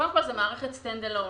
קודם כול, זו מערכת שעומדת לבדה.